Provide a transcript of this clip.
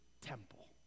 temple